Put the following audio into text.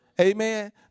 amen